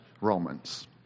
Romans